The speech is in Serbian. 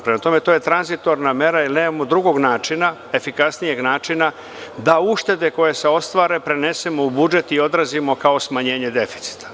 Prema tome, to je tranzitorna mera, jer nemamo drugo načina, efikasnijeg načina, da uštede koje se ostvare prenesemo u budžet i odrazimo kao smanjenje deficita.